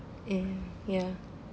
eh ya